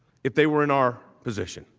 if they were in our position